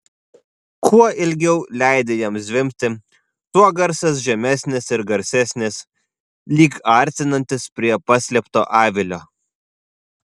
kuo ilgiau leidi jam zvimbti tuo garsas žemesnis ir garsesnis lyg artinantis prie paslėpto avilio